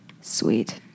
Sweet